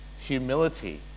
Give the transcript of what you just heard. humility